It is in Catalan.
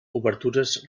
obertures